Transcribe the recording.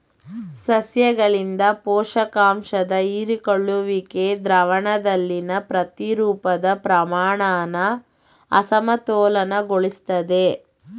ಸಸ್ಯಗಳಿಂದ ಪೋಷಕಾಂಶದ ಹೀರಿಕೊಳ್ಳುವಿಕೆ ದ್ರಾವಣದಲ್ಲಿನ ಪ್ರತಿರೂಪದ ಪ್ರಮಾಣನ ಅಸಮತೋಲನಗೊಳಿಸ್ತದೆ